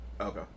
okay